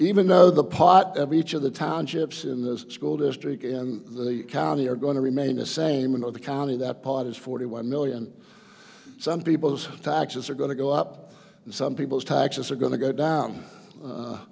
even though the pot every each of the townships in this school district in the county are going to remain the same in the county that pot is forty one million some people's taxes are going to go up and some people's taxes are going to go down